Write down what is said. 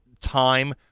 time